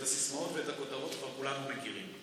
את הסיסמאות ואת הכותרות כולנו כבר מכירים.